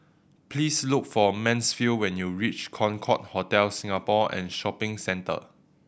please look for Mansfield when you reach Concorde Hotel Singapore and Shopping Centre